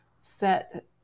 set